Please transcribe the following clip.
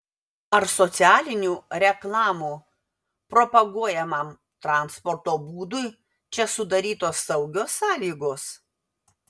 ar socialinių reklamų propaguojamam transporto būdui čia sudarytos saugios sąlygos